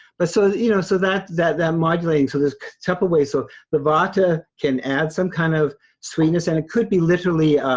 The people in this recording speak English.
but so you know so that that um modulating, so this type of way. so the vata can add some kind of sweetness and it could be literally,